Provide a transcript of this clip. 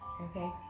Okay